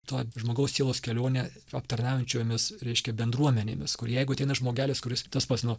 to žmogaus sielos kelionę aptarnaujančiomis reiškia bendruomenėmis kur jeigu ateina žmogelis kuris tas pats nu